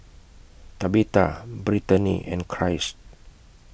Tabitha Brittani and Christ